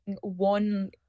one